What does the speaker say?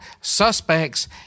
suspects